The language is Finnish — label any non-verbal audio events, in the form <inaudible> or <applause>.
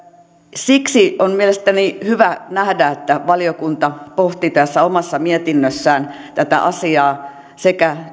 siksi on mielestäni hyvä nähdä että valiokunta pohti tässä omassa mietinnössään tätä asiaa sekä <unintelligible>